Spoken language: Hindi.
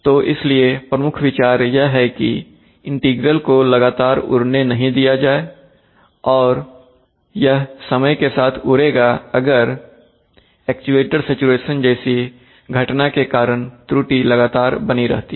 तो इसलिए प्रमुख विचार यह है कि इंटीग्रल को लगातार उड़ने नहीं देना चाहिए और यह समय के साथ उड़ेगा अगर एक्चुएटर सैचुरेशन जैसी घटना के कारण त्रुटि लगातार बनी रहती है